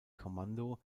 kommando